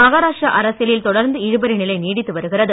மகாராஷ்டிரா அரசியலில் தொடர்ந்து இழுபறி நிலை நீடித்து வருகிறது